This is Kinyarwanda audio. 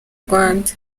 rwanda